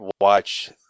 Watch